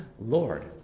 Lord